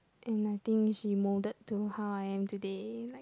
and I think she molded to how I am today like